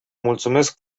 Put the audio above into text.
mulțumesc